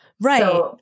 Right